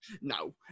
No